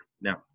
Now